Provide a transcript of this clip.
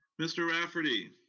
mr. rafferty.